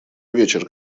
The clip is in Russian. вечер